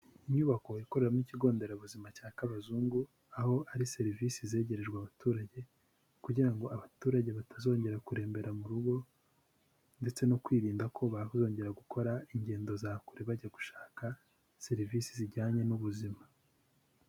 Inyubako ikoreramo ikigo nderabuzima cya Kabazungu, aho ari serivisi zegerejwe abaturage kugira ngo abaturage batazongera kurembera mu rugo ndetse no kwirinda ko bazongera gukora ingendo za kure bajya gushaka serivisi zijyanye n'ubuzima.